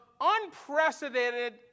unprecedented